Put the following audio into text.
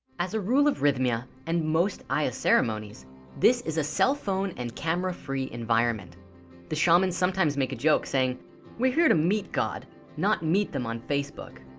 as a rule of rythme a and most aya ceremonies this is a cell phone and camera free environment the shamans sometimes make a joke saying we're here to meet god not meet them on facebook